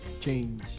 Change